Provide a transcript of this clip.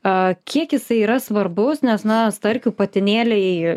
kiek jisai yra svarbus nes na starkių patinėliai